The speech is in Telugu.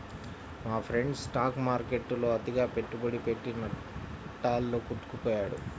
మా ఫ్రెండు స్టాక్ మార్కెట్టులో అతిగా పెట్టుబడి పెట్టి నట్టాల్లో కూరుకుపొయ్యాడు